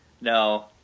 no